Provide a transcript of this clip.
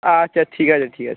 আচ্ছা ঠিক আছে ঠিক আছে ঠিক